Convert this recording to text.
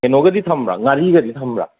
ꯀꯩꯅꯣꯒꯗꯤ ꯊꯝꯕ꯭ꯔꯥ ꯉꯥꯔꯤꯒꯗꯤ ꯊꯝꯕ꯭ꯔꯥ